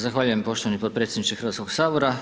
Zahvaljujem poštovani potpredsjedniče Hrvatskoga sabora.